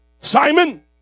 Simon